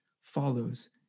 follows